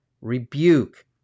rebuke